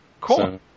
Cool